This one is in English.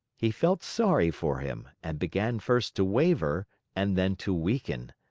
he felt sorry for him and began first to waver and then to weaken.